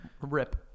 Rip